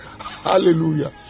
Hallelujah